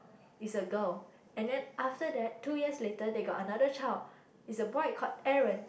is a girl and then after that two years later they got another child is a boy called Aaron